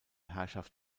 herrschaft